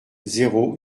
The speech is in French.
zéro